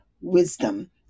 wisdom